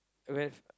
will have